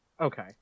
Okay